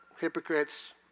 hypocrites